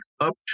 up